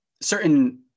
certain